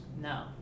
No